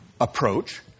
approach